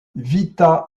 vita